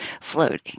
floating